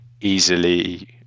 easily